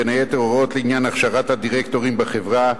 בין היתר: הוראות לעניין הכשרת הדירקטורים בחברה,